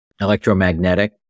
electromagnetic